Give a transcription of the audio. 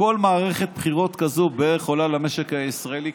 כשכל מערכת בחירות כזו עולה למשק הישראלי,